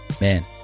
man